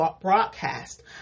broadcast